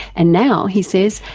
and now, he says,